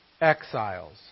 exiles